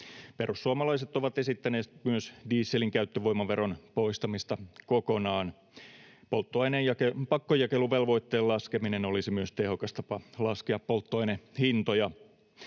Perussuomalaiset ovat esittäneet myös dieselin käyttövoimaveron poistamista kokonaan. Polttoaineen pakkojakeluvelvoitteen laskeminen olisi myös tehokas tapa laskea polttoainehintoja.